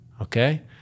okay